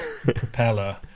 propeller